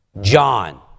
John